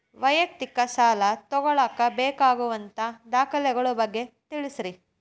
ವೈಯಕ್ತಿಕ ಸಾಲ ತಗೋಳಾಕ ಬೇಕಾಗುವಂಥ ದಾಖಲೆಗಳ ಬಗ್ಗೆ ತಿಳಸ್ರಿ